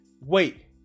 wait